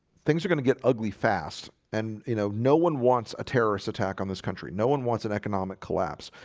things are gonna get ugly fast and you know, no one wants a terrorist attack on this country no, one wants an economic collapse,